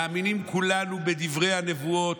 מאמינים כולנו בדברי הנבואות,